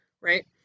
Right